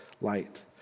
light